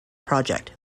project